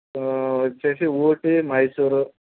వచ్చేసి ఊటీ మైసూరు